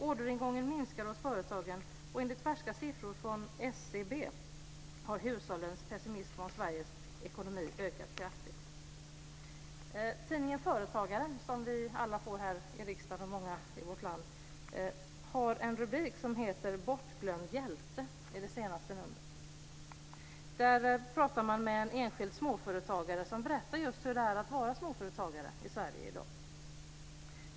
Orderingången minskar hos företagen, och enligt färska siffror från SCB har hushållens pessimism om Sveriges ekonomi ökat kraftigt. Tidningen Företagaren, som vi alla får här i riksdagen och många andra i vårt land, har en rubrik som heter Bortglömd hjälte i det senaste numret. Där pratar man med en enskild småföretagare som berättar just hur det är att vara småföretagare i Sverige i dag.